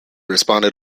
responded